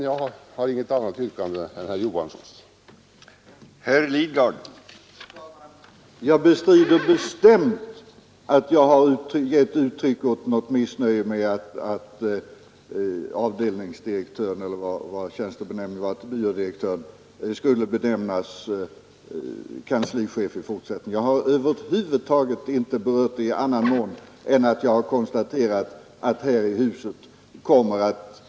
Jag har inget annat yrkande än herr Johansson i Trollhättan.